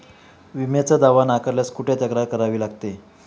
विम्याचा दावा नाकारल्यास कुठे तक्रार करावी लागते?